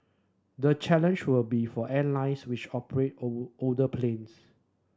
the challenge will be for airlines which operate old older planes